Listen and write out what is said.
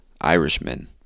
Irishmen